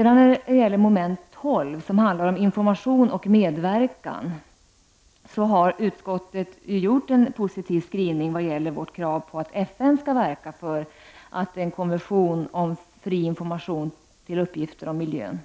Där har utskottet gjort en positiv skrivning vad gäller vårt krav på att FN skall verka för att en konvention upprättas om fri information rörande uppgifter om miljön,